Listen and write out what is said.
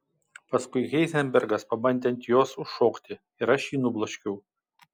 paskui heizenbergas pabandė ant jos užšokti ir aš jį nubloškiau